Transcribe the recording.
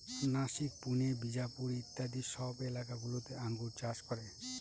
নাসিক, পুনে, বিজাপুর ইত্যাদি সব এলাকা গুলোতে আঙ্গুর চাষ করে